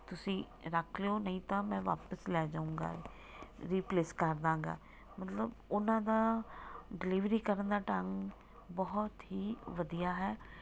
ਤੁਸੀਂ ਰੱਖ ਲਿਓ ਨਹੀਂ ਤਾਂ ਮੈਂ ਵਾਪਸ ਲੈ ਜਾਵਾਂਗਾ ਰਿਪਲੇਸ ਕਰਦਾਂਗਾ ਮਤਲਬ ਉਹਨਾਂ ਦਾ ਡਿਲੀਵਰੀ ਕਰਨ ਦਾ ਢੰਗ ਬਹੁਤ ਹੀ ਵਧੀਆ ਹੈ